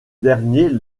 dernier